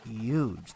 Huge